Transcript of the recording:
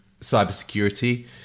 cybersecurity